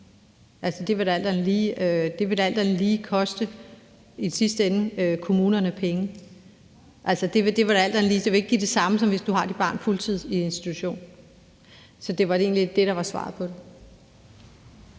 lige i sidste ende koste kommunerne penge. Altså, det vil da ikke give det samme, som hvis du har dit barn på fuld tid i institution. Så det var egentlig det, der var svaret på det.